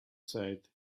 said